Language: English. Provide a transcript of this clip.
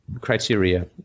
criteria